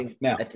now